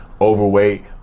overweight